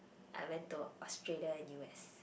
I went to Australia and U_S